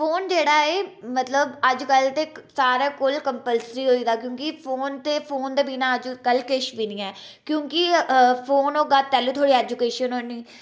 phone जेह्ड़ा ऐ मतलब अज्जकल ते सारे कोल कंपल्सरी होई गेदा क्योंकि फोन ते फोन दे बिना अज्जकल किश बी नेईं ऐ क्योंकि फोन होगा पैह्ले थोआढ़ी एजूकेशन होनी